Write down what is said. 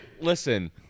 listen